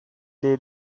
day